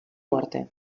muerte